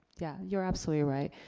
yeah, you're absolutely right.